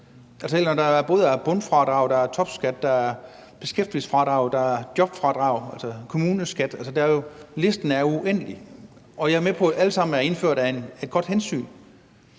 Altså, der er både bundfradrag, der er topskat, der er beskæftigelsesfradrag, der er jobfradrag, kommuneskat – listen er uendelig – og jeg er med på, at de alle sammen er indført af et godt hensyn.